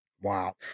Wow